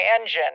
engine